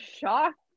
shocked